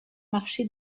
marché